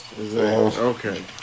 Okay